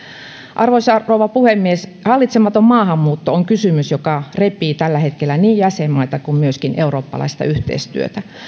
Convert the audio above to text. arvoisa rouva puhemies hallitsematon maahanmuutto on kysymys joka repii tällä hetkellä niin jäsenmaita kuin myöskin eurooppalaista yhteistyötä